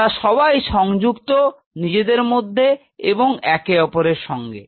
তারা সবাই সংযুক্ত নিজেদের মধ্যে এবং একে অপরের সঙ্গে